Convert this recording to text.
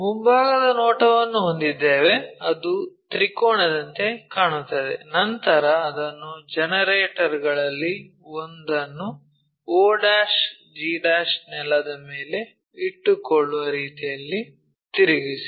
ಮುಂಭಾಗದ ನೋಟವನ್ನು ಹೊಂದಿದ್ದೇವೆ ಅದು ತ್ರಿಕೋನದಂತೆ ಕಾಣುತ್ತದೆ ನಂತರ ಅದನ್ನು ಜನರೇಟರ್ ಗಳಲ್ಲಿ ಒಂದನ್ನು o'g' ನೆಲದ ಮೇಲೆ ಇಟ್ಟುಕೊಳ್ಳುವ ರೀತಿಯಲ್ಲಿ ತಿರುಗಿಸಿ